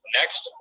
next